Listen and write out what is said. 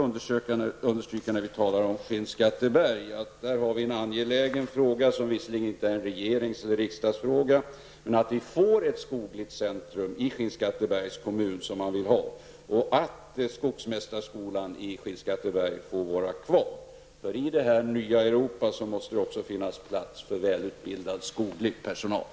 Även om det inte är en regerings eller riksdagsfråga vill jag understryka att det är angeläget att vi får ett skogligt centrum i I det nya Europa måste det nämligen finnas plats även för välutbildad skoglig personal.